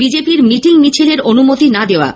বিজেপির মিটিং মিছিলের অনুমতি না দেওয়া